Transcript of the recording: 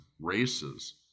races